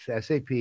SAP